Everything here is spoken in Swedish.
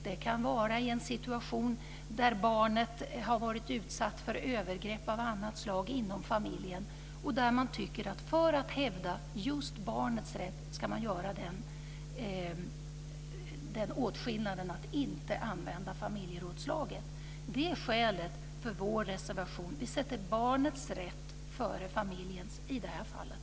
Det kan vara i en situation där barnet har varit utsatt för övergrepp av annat slag inom familjen och där man tycker att man just för att hävda barnets rätt ska göra den åtskillnaden att inte använda familjerådslaget. Det är skälet till vår reservation. Vi sätter barnets rätt före familjens i det här fallet.